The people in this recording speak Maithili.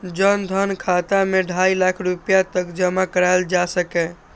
जन धन खाता मे ढाइ लाख रुपैया तक जमा कराएल जा सकैए